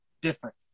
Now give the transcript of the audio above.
different